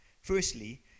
Firstly